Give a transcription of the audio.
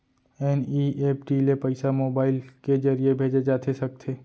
NEFT ले पइसा mobile के ज़रिए भेजे जाथे सकथे?